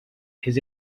his